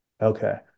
Okay